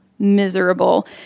miserable